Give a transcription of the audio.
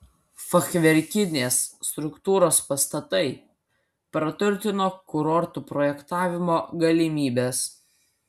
fachverkinės struktūros pastatai praturtino kurortų projektavimo galimybes